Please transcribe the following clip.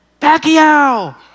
Pacquiao